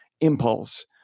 impulse